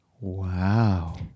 Wow